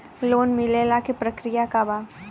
Loan मिलेला के प्रक्रिया का बा?